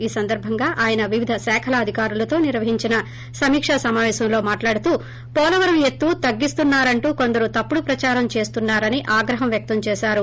ఈ సందర్బంగా ఆయన వివిధ శాఖల అధికారులతో నిర్వహించిన సమీకా సమాపేశంలో మాట్హడుతూ పోలవరం ఎత్తు తగ్గిస్తున్నా రంటూ కొందరు తప్పుడు ప్రదారం చేస్తున్నా రని ఆగ్రహం వ్వక్తం చేశారు